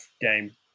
game